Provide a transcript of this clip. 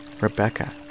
Rebecca